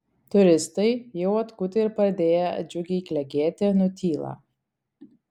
turistai jau atkutę ir pradėję džiugiai klegėti nutyla